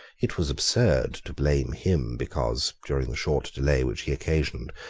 it was absurd to blame him because, during the short delay which he occasioned,